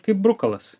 kaip brukalas